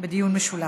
בדיון משולב.